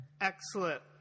Excellent